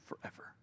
forever